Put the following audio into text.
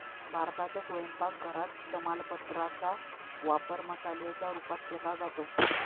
भारताच्या स्वयंपाक घरात तमालपत्रा चा वापर मसाल्याच्या रूपात केला जातो